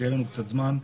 כשיהיה לנו קצת זמן,